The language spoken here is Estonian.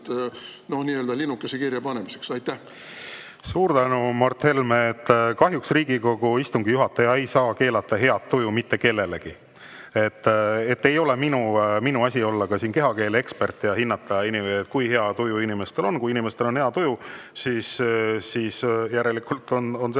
nii-öelda linnukese kirja panemiseks? Suur tänu, Mart Helme! Kahjuks Riigikogu istungi juhataja ei saa keelata head tuju mitte kellelegi. Ei ole minu asi olla siin kehakeeleekspert ja hinnata, kui hea tuju inimestel on. Kui inimestel on hea tuju, siis järelikult on